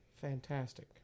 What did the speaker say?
fantastic